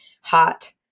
hot